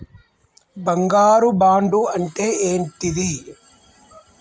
బంగారు బాండు అంటే ఏంటిది?